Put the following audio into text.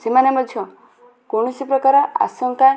ସେମାନେ ମଧ୍ୟ କୌଣସି ପ୍ରକାର ଆଶଙ୍କା